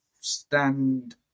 Stand